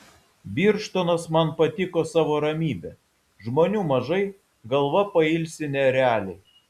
birštonas man patiko savo ramybe žmonių mažai galva pailsi nerealiai